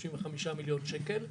שלושים וחמישה מיליון שקל.